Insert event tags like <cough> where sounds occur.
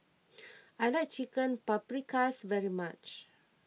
<noise> I like Chicken Paprikas very much